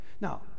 Now